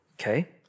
Okay